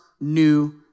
new